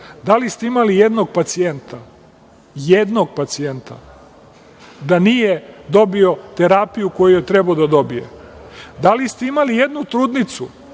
Da li ste imali jednog pacijenta da nije dobio terapiju koju je trebao da dobije? Da li ste imali jednu trudnicu